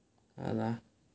அதான்:athaan